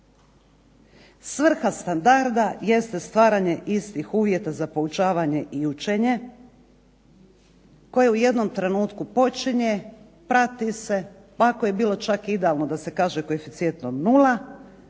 Svrha standarda jeste stvaranje istih uvjeta za poučavanje i učenje koje u jednom trenutku počinje, prati se pa ako je bilo čak idealno da se kaže koeficijentom